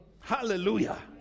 Hallelujah